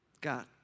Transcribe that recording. God